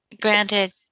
granted